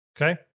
Okay